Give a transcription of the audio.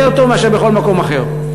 יותר טוב מאשר בכל מקום אחר,